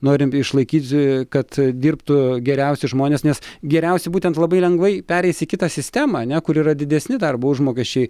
norint išlaikyti kad dirbtų geriausi žmonės nes geriausi būtent labai lengvai pereis į kitą sistemą ne kur yra didesni darbo užmokesčiai